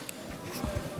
עתיד):